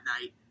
night